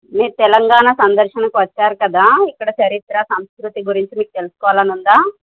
మీరు తెలంగాణ సందర్శనకు వచ్చారు కదా ఇక్కడ చరిత్ర సంస్కృతి గురించి మీకు తెలుసుకోవాలని ఉందా